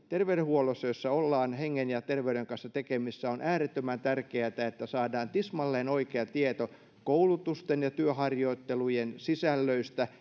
terveydenhuollossa jossa ollaan hengen ja terveyden kanssa tekemisissä on äärettömän tärkeätä että saadaan tismalleen oikea tieto koulutusten ja työharjoittelujen sisällöistä